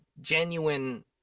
genuine